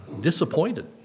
disappointed